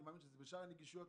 בין שאר הנגישויות,